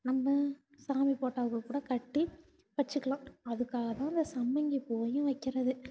நம்ம சாமி போட்டாக்கு கூட கட்டி வச்சுக்கலாம் அதுக்காக தான் அந்த சம்பங்கி பூவையும் வைக்கிறது